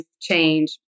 change